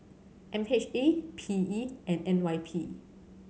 M H A P E and N Y P